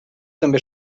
també